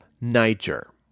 niger